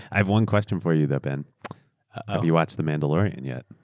i have one question for you, though, ben. have you watched the mandalorian yet?